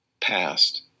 past